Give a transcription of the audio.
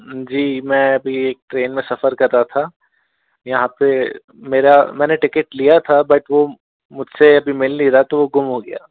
जी मैं अभी एक ट्रेन में सफर कर रहा था यहाँ पर मेरा मैंने टिकट लिया था बट वह मुझसे अभी मिल नहीं रहा तो वह गुम हो गया